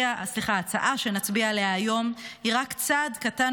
ההצעה שנצביע עליה היום היא רק צעד קטן